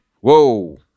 whoa